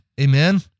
Amen